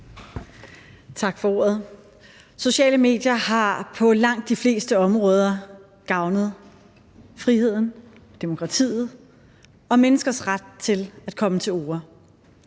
Tak for ordet. Sociale medier har på langt de fleste områder gavnet friheden, demokratiet og menneskers ret til at komme til orde.